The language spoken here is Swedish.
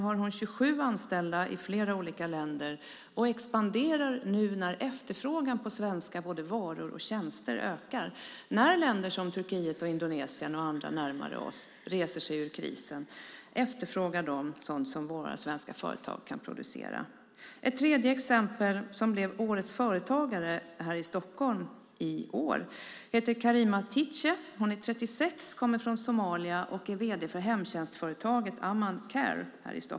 Hon har 27 anställda i flera olika länder och expanderar nu när efterfrågan på svenska varor och tjänster ökar. När Turkiet, Indonesien och andra länder närmare oss reser sig ur krisen efterfrågar de sådant som våra svenska företag kan producera. Ytterligare ett exempel är årets företagare i Stockholm 2011, Karima Tice. Hon är 36 år, kommer från Somalia och är vd för hemtjänstföretaget Aman Care.